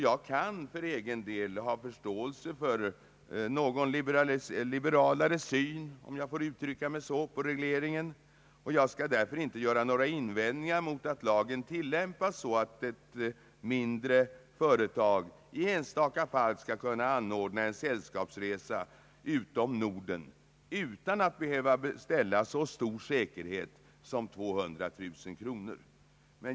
Jag kan för egen del ha förståelse för en något liberalare syn, om jag får uttrycka mig så, beträffande regleringen. Jag skall därför inte göra några invändningar mot att lagen tillämpas så att ett mindre företag i enstaka fall skall kunna anordna en sällskapsresa utanför Norden utan att behöva ställa så stor säkerhet som 200 000 kronor.